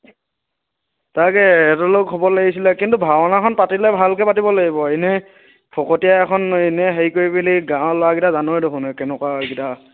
তাকে হেতলৈয়ো ক'ব লাগিছিলে কিন্তু ভাওনাখন পাতিলে ভালকে পাতিব লাগিব এনেই ফকটিয়া এখন এনেই হেৰি কৰি মেলি গাঁৱৰ ল'ৰাগিটা জানই দেখোন কেনেকুৱা এইগিটা